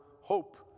hope